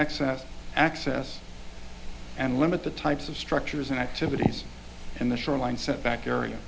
access access and limit the types of structures and activities in the shoreline setback area